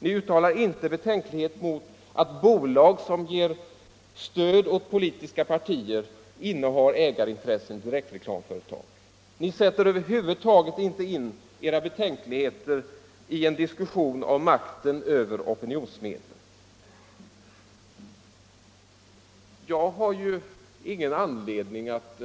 Ni uttalar inte betänkligheter mot att bolag som ger stöd åt politiska partier innehar ägarintressen i direktreklamföretag. Ni sätter över huvud taget inte in era betänkligheter i en diskussion om makten över opinionsmedlen. Jag har ingen anledning att